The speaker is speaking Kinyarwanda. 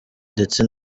ndetse